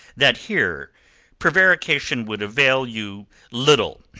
that here prevarication would avail you little.